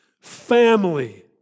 family